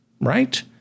right